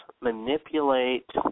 manipulate